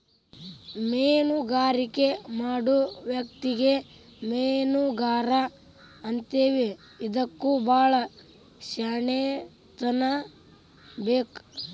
ಮೇನುಗಾರಿಕೆ ಮಾಡು ವ್ಯಕ್ತಿಗೆ ಮೇನುಗಾರಾ ಅಂತೇವಿ ಇದಕ್ಕು ಬಾಳ ಶ್ಯಾಣೆತನಾ ಬೇಕ